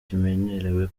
kimenyerewe